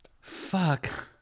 Fuck